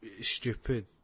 stupid